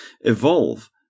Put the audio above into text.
evolve